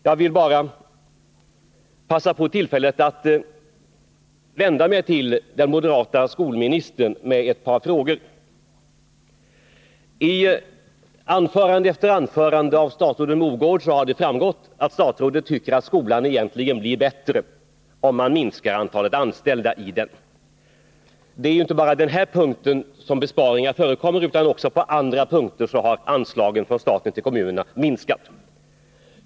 Jag vill bara passa på tillfället att vända mig till den moderata skolministern med ett par frågor. I anförande efter anförande av statsrådet Mogård har det framgått att statsrådet tycker att skolan egentligen blir bättre om man minskar antalet anställda i den. Det är inte bara på den här punkten som besparingar förekommer, utan också på andra punkter har anslagen från staten till kommunerna minskat.